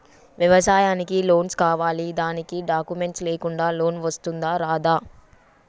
వ్యవసాయానికి లోన్స్ కావాలి దానికి డాక్యుమెంట్స్ లేకుండా లోన్ వస్తుందా రాదా?